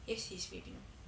yes he is filipino